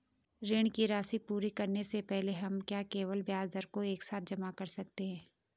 ऋण की राशि पूरी करने से पहले हम क्या केवल ब्याज दर को एक साथ जमा कर सकते हैं?